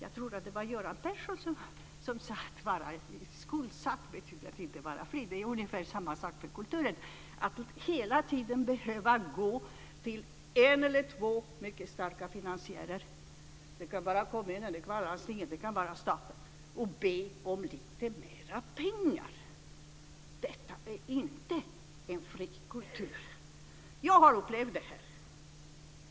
Jag tror att det var Göran Persson som sade ungefär så här: Att vara skuldsatt betyder att inte vara fri. Det är nästan samma sak för kulturen. Att hela tiden behöva gå till en eller två starka finansiärer - det kan vara kommunen, landstinget eller staten - och be om lite mera pengar är inte en fri kultur. Jag har upplevt det här.